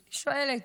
אני שואלת: